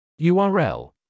url